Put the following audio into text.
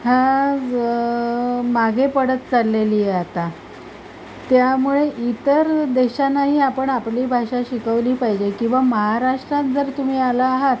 हा ज मागे पडत चाललेली आहे आता त्यामुळे इतर देशांनाही आपण आपली भाषा शिकवली पाहिजे किंवा महाराष्ट्रात जर तुम्ही आला आहात